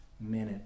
minute